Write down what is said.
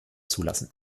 zulassen